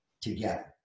together